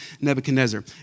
Nebuchadnezzar